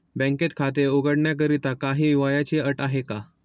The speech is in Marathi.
बँकेत खाते उघडण्याकरिता काही वयाची अट आहे का?